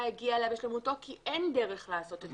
הגיע אליה בשלמותו כי אין דרך לעשות את הדברים בצורה הזאת.